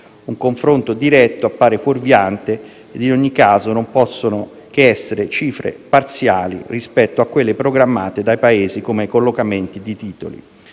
un confronto diretto appare fuorviante e, in ogni caso, non possono che essere cifre parziali rispetto a quelle programmate dai Paesi come collocamenti di titoli.